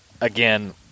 again